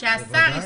בוודאי.